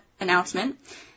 announcement